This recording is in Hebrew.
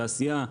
תעשייה,